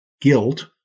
guilt